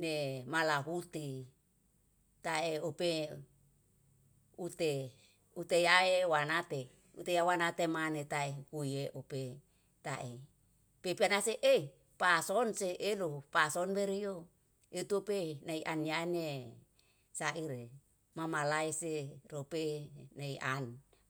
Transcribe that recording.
me malahuti tae ope ute ute yae wante. Ute yae wanate, ute yae wanate maneh tae uye upe tae, pepe anase e pasonse se elo pason berio etupe nai ani-anie saire mama laise rope nai an.